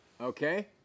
Okay